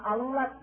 Allah